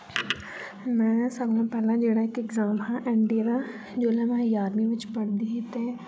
में सारें कोला पैह्ला जेह्ड़ा ऐ इक एग्जाम हा एन डी ए दा जोल्लै में जारमी बिच्च पढ़दी ही ते